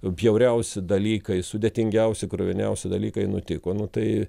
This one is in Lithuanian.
bjauriausi dalykai sudėtingiausi kruviniausi dalykai nutiko nu tai